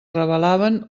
revelaven